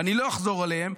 ואני לא אחזור עליהם,